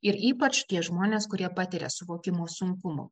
ir ypač tie žmonės kurie patiria suvokimo sunkumų